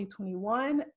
2021